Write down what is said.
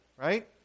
right